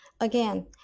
again